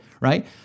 right